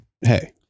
hey